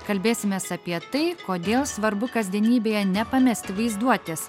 kalbėsimės apie tai kodėl svarbu kasdienybėje nepamesti vaizduotės